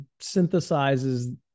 synthesizes